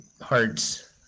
Hearts